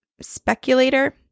speculator